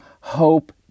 Hope